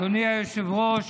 אדוני היושב-ראש,